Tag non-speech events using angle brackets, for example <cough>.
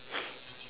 <noise>